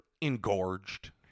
engorged